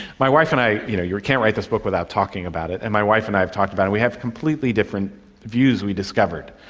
my wife and i, you know, you can't write this book without talking about it, and my wife and i have talked about it and we have completely different views, we discovered.